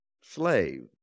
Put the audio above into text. slave